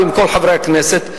ועם כל חברי הכנסת.